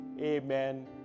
amen